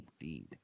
Indeed